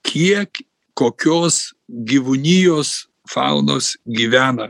kiek kokios gyvūnijos faunos gyvena